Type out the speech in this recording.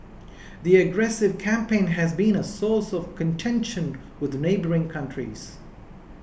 the aggressive campaign has been a source of contention with neighbouring countries